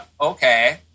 okay